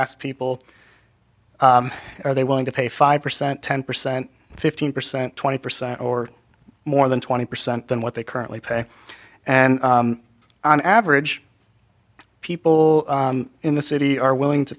asked people are they willing to pay five percent ten percent fifteen percent twenty percent or more than twenty percent than what they currently pay and on average people in the city are willing to